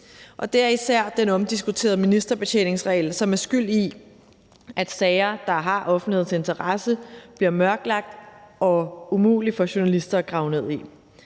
det er især den omdiskuterede ministerbetjeningsregel, som er skyld i, at sager, der har offentlighedens interesse, bliver mørklagt og umulige for journalister at grave ned i.